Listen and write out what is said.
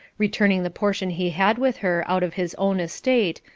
returning the portion he had with her out of his own estate,